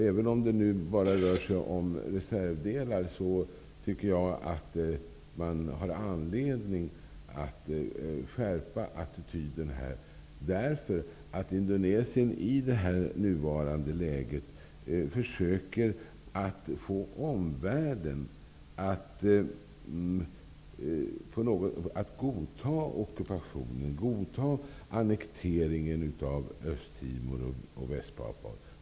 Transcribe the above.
Även om det nu bara rör sig om reservdelar tycker jag att man bör skärpa attityden. Indonesien försöker i nuvarande läge att få omvärlden att godta ockupationen och annekteringen av Östtimor och Västpapua.